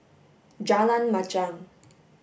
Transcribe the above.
Jalan Machang